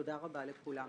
תודה רבה לכולם.